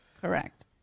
correct